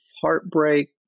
heartbreak